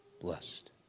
blessed